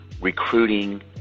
recruiting